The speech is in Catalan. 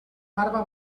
barba